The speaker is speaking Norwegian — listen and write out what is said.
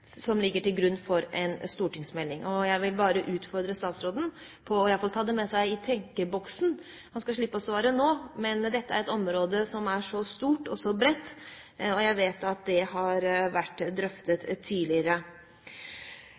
Jeg vil bare utfordre statsråden til i alle fall å ta det med seg i tenkeboksen. Han skal slippe å svare nå. Dette er et område som er stort og bredt, og jeg vet at det har vært drøftet tidligere.